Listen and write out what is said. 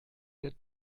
der